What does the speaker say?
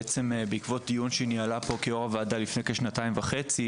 בעקבות דיון שהיא ניהלה פה כיו"ר הוועדה לפני כשנתיים וחצי